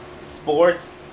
sports